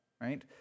right